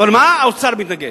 אבל מה, האוצר מתנגד.